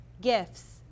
gifts